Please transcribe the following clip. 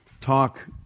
talk